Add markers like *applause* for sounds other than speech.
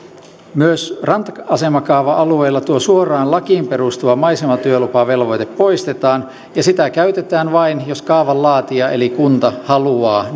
myös ranta asemakaava alueilla tuo suoraan lakiin perustuva maisematyölupavelvoite poistetaan ja sitä käytetään vain jos kaavan laatija eli kunta haluaa *unintelligible*